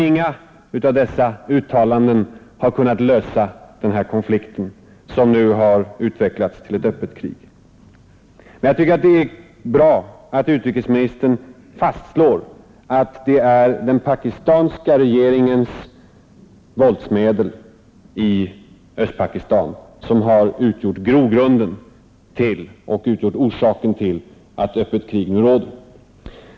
Men inget av dessa uttalanden har kunnat lösa den konflikt som nu har utvecklats till ett öppet krig. Jag tycker att det är bra att utrikesministern fastslår att det är den pakistanska regeringens våldsmetoder i Östpakistan som är orsaken till att öppet krig nu råder.